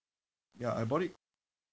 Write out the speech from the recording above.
ya I bought it